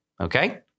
Okay